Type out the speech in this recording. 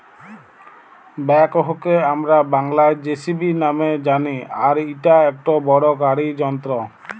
ব্যাকহোকে হামরা বাংলায় যেসিবি নামে জানি আর ইটা একটো বড় গাড়ি যন্ত্র